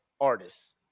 artists